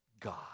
God